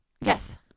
Yes